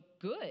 good